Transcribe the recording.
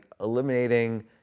eliminating